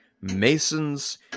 Masons